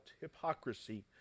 hypocrisy